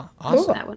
awesome